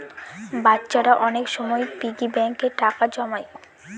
বাচ্চারা অনেক সময় পিগি ব্যাঙ্কে টাকা জমায়